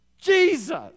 Jesus